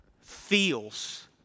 feels